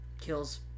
kills